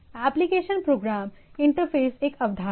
application program interface एक अवधारणा है